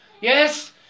yes